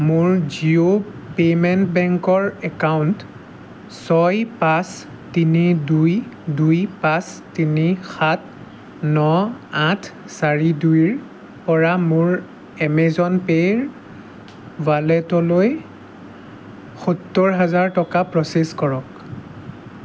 মোৰ জিঅ' পে'মেণ্ট বেংকৰ একাউণ্ট ছয় পাঁচ তিনি দুই দুই পাঁচ তিনি সাত ন আঠ চাৰি দুইৰ পৰা মোৰ এমেজন পে'ৰ ৱালেটলৈ সত্তৰ হাজাৰ টকা প্ৰ'চেছ কৰক